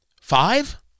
five